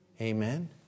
Amen